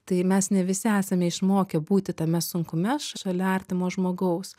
tai mes ne visi esame išmokę būti tame sunkume šalia artimo žmogaus